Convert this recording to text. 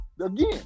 again